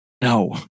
no